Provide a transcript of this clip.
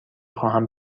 خواهم